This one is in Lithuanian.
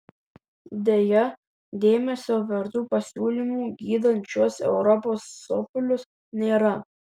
deja dėmesio vertų pasiūlymų gydant šiuos europos sopulius nėra